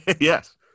yes